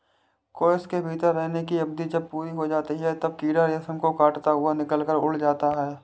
कोश के भीतर रहने की अवधि जब पूरी हो जाती है, तब कीड़ा रेशम को काटता हुआ निकलकर उड़ जाता है